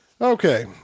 Okay